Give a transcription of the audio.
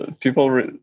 people